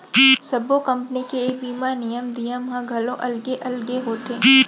सब्बो कंपनी के ए बीमा नियम धियम ह घलौ अलगे अलग होथे